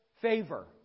favor